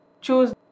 choose